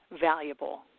valuable